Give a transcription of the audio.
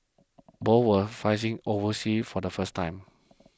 both were fighting overseas for the first time